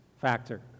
factor